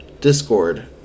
Discord